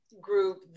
group